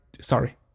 Sorry